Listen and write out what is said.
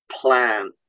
plan